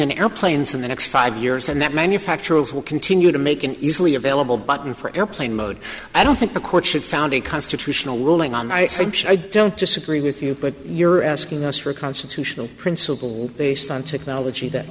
in airplanes in the next five years and that manufacturers will continue to make an easily available button for airplane mode i don't think the court should found a constitutional ruling on i said i don't disagree with you but you're asking us for a constitutional principle based on technology that